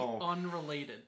unrelated